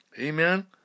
Amen